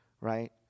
right